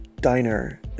diner